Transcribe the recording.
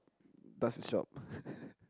does its job